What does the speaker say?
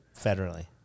federally